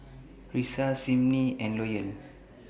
Risa Simmie and Loyal